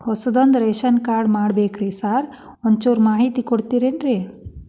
ಹೊಸದ್ ration card ಮಾಡ್ಬೇಕ್ರಿ sir ಒಂಚೂರ್ ಮಾಹಿತಿ ಕೊಡ್ತೇರೆನ್ರಿ?